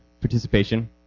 participation